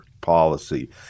policy